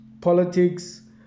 Politics